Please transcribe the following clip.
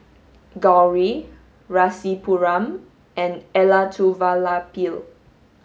Gauri Rasipuram and Elattuvalapil